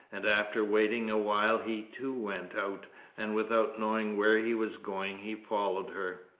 and after waiting awhile he too went out and without knowing where he was going he followed her.